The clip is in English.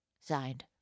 Signed